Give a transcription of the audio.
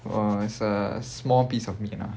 uh it's a small piece of meat ah